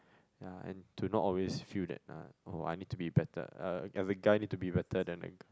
ya and to not always feel that uh oh I need to be better uh as a guy need to be better than a girl